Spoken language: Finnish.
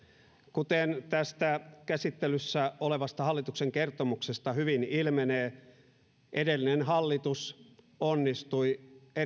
kuten tästä käsittelyssä olevasta hallituksen kertomuksesta hyvin ilmenee edellinen hallitus onnistui erittäin